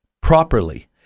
properly